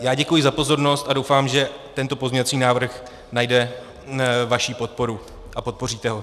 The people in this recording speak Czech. Já děkuji za pozornost a doufám, že tento pozměňovací návrh najde vaši podporu a podpoříte ho.